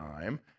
time